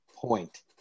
point